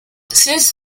since